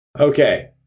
Okay